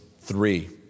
three